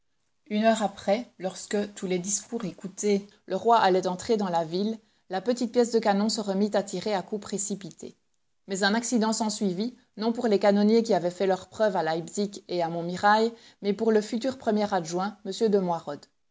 une heure après lorsque tous les discours écoutés le roi allait entrer dans la ville la petite pièce de canon se remit à tirer à coups précipités mais un accident s'ensuivit non pour les canonniers qui avaient fait leurs preuves à leipzig et à montmirail mais pour le futur premier adjoint m de